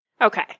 Okay